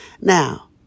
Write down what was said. Now